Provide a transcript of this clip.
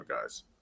guys